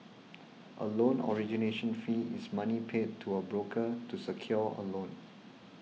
a loan origination fee is money paid to a broker to secure a loan